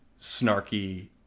snarky